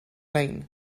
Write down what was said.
lein